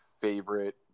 favorite